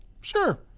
Sure